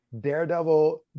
Daredevil